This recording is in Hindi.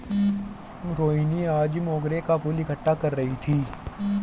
रोहिनी आज मोंगरे का फूल इकट्ठा कर रही थी